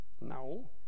no